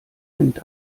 nimmt